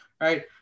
right